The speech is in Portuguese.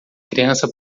criança